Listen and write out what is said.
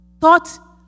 thought